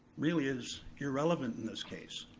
really is irrelevant in this case.